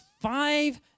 five